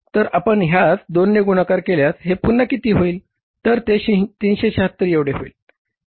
तर आपण ह्यास दोन ने गुणाकार केल्यास हे पुन्हा किती होईल ते तर 376 एवढे होईल